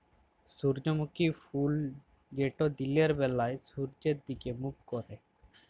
সূর্যমুখী ফুল যেট দিলের ব্যালা সূর্যের দিগে মুখ ক্যরে